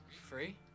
Free